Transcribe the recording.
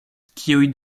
kiuj